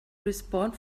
respond